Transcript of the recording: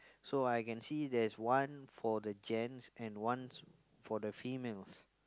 so I can see there is one for the gents and ones for the females